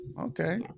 Okay